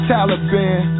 Taliban